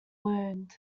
wound